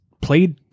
played